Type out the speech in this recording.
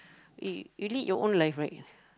y~ you lead your own life right